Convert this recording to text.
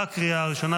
לקריאה הראשונה.